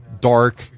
dark